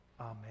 Amen